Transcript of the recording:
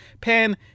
Pan